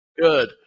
good